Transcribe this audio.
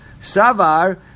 Savar